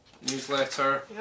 newsletter